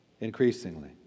increasingly